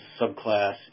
subclass